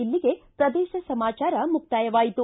ಇಲ್ಲಿಗೆ ಪ್ರದೇಶ ಸಮಾಚಾರ ಮುಕ್ತಾಯವಾಯಿತು